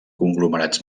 conglomerats